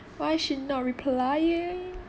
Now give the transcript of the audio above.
why she not replying